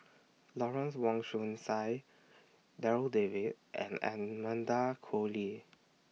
Lawrence Wong Shyun Tsai Darryl David and Amanda Koe Lee